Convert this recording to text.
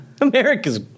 America's